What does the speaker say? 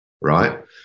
right